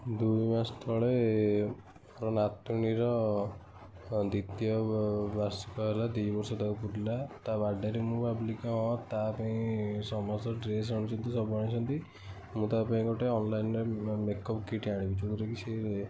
ଦୁଇ ମାସ ତଳେ ମୋ ନାତୁଣୀର ଦ୍ୱିତୀୟ ବାର୍ଷିକ ହେଲା ଦୁଇବର୍ଷ ତାକୁ ପୁରିଲା ତା ବାର୍ଥଡ଼େରେ ମୁଁ ଭାବିଲି ହଁ ତା ପାଇଁ ସମସ୍ତେ ଡ୍ରେସ୍ ଆଣୁଛନ୍ତି ସବୁ ଆଣୁଛନ୍ତି ମୁଁ ତା ପାଇଁ ଗୋଟେ ଅନଲାଇନ୍ରେ ମେକଅପ୍ କିଟ୍ ଆଣିବି ଯେଉଁଟାକି ସେ